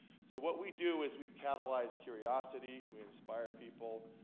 so what we do is we catalyze curiosity, we inspire people.